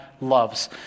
loves